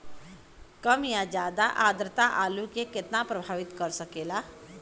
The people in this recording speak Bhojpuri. कम या ज्यादा आद्रता आलू के कितना प्रभावित कर सकेला?